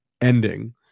ending